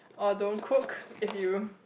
or don't cook if you